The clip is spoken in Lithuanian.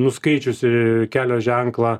nuskaičiusi kelio ženklą